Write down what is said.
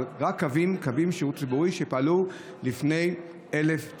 אבל רק קווים של שירות ציבורי שפעלו לפני 1991,